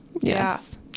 yes